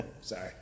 Sorry